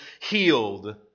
healed